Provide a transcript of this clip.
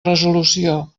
resolució